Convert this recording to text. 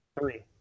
three